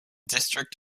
district